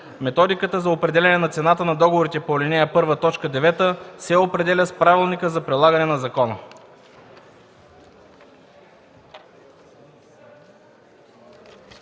Методиката за определяне на цената на договорите по ал. 1, т. 9 се определя с правилника за прилагане на закона.”